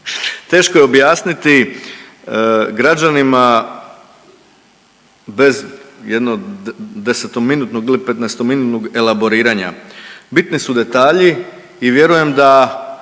Teško je objasniti građanima bez jedno desetominutnog ili petnaestominutnog elaboriranja. Bitni su detalji i vjerujem da